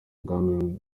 ubwami